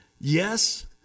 Yes